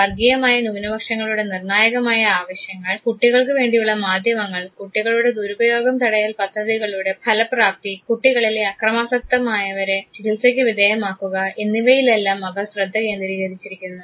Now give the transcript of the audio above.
വർഗീയമായ ന്യൂനപക്ഷങ്ങളുടെ നിർണായകമായ ആവശ്യങ്ങൾ കുട്ടികൾക്ക് വേണ്ടിയുള്ള മാധ്യമങ്ങൾ കുട്ടികളുടെ ദുരുപയോഗം തടയൽ പദ്ധതികളുടെ ഫലപ്രാപ്തി കുട്ടികളിലെ അക്രമാസക്തരായവരെ ചികിത്സയ്ക്ക് വിധേയമാക്കുക എന്നിവയിലെല്ലാം അവർ ശ്രദ്ധ കേന്ദ്രീകരിച്ചിരിക്കുന്നു